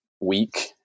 week